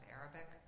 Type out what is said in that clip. Arabic